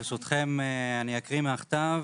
ברשותכם, אני אקריא מהכתב,